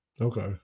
Okay